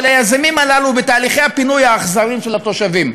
היזמים הללו בתהליכי הפינוי האכזריים של התושבים.